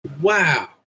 wow